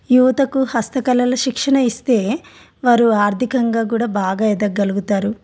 యువతకు హస్తకళల శిక్షణ ఇస్తే వారు ఆర్థికంగానూ కూడా బాగా ఎదగలుగుతారు